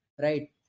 Right